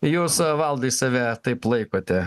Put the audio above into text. jūs valdai save taip laikote